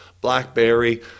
Blackberry